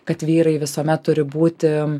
kad vyrai visuomet turi būti